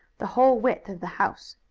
the whole width of the house.